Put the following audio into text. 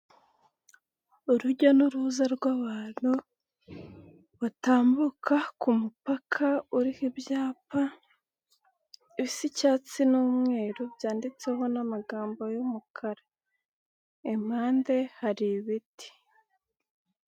Urujya n'uruza rw'abantu batambuka ku mupaka uriho ibyapa bisa icyatsi n'umweru byanditseho n'amagambo y'umukara, ipande hari ibiti.